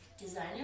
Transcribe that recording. designer